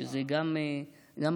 שזה גם ארנונה.